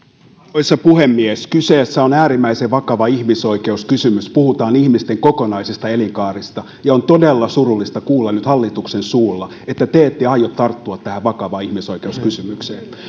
arvoisa puhemies kyseessä on äärimmäisen vakava ihmisoikeuskysymys puhutaan ihmisten kokonaisista elinkaarista on todella surullista kuulla nyt hallituksen suulla että te ette aio tarttua tähän vakavaan ihmisoikeuskysymykseen